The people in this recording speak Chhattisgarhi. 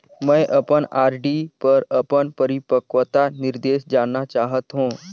मैं अपन आर.डी पर अपन परिपक्वता निर्देश जानना चाहत हों